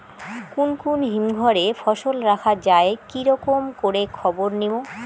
কুন কুন হিমঘর এ ফসল রাখা যায় কি রকম করে খবর নিমু?